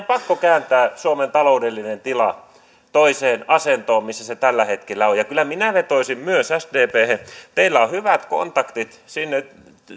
pakko kääntää suomen taloudellinen tila toiseen asentoon kuin missä se tällä hetkellä on kyllä minä vetoaisin myös sdphen teillä on hyvät kontaktit sinne